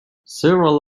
several